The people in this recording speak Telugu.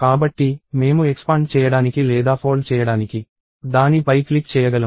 కాబట్టి మేము ఎక్స్పాండ్ చేయడానికి లేదా ఫోల్డ్ చేయడానికి దాని పై క్లిక్ చేయగలము